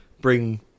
bring